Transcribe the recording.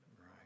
right